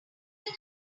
will